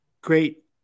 Great